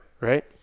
right